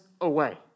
away